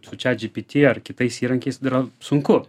su chatgpt ar kitais įrankiais tai yra sunku